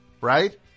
Right